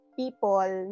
people